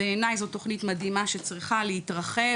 בעיניי זו תוכנית מדהימה שצריכה להתרחב,